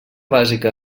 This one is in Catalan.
bàsica